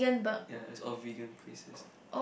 ya is all vegan places